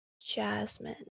Jasmine